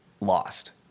lost